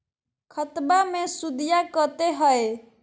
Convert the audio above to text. खतबा मे सुदीया कते हय?